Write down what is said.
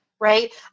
right